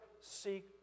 seek